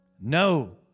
No